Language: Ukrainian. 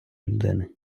людини